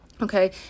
Okay